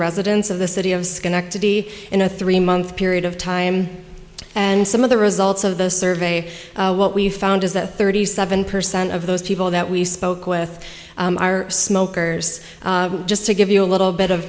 residents of the city of schenectady in a three month period of time and some of the results of the survey what we found is that thirty seven percent of those people that we spoke with are smokers just to give you a little bit of